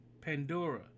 Pandora